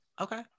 Okay